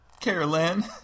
Carolyn